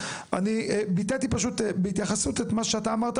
אני ביטאתי פשוט בהתייחסות את מה שאתה אמרת